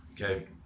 okay